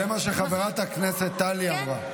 זה מה שחברת הכנסת טלי אמרה.